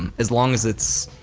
and as long as it's,